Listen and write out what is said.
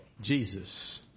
Jesus